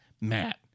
Matt